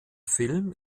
film